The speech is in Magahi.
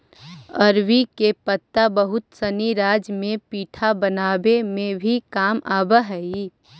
अरबी के पत्ता बहुत सनी राज्य में पीठा बनावे में भी काम आवऽ हई